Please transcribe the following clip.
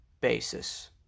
basis